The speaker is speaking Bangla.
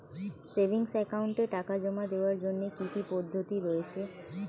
সেভিংস একাউন্টে টাকা জমা দেওয়ার জন্য কি কি পদ্ধতি রয়েছে?